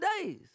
days